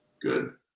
Good